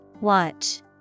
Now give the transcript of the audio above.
watch